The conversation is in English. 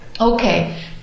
Okay